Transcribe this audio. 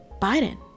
Biden